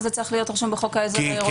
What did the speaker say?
זה צריך להיות רשום בחוק העזר העירוני?